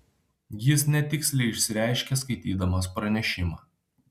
jis netiksliai išsireiškė skaitydamas pranešimą